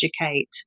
educate